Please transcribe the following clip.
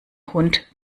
hund